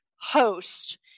host